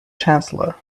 chancellor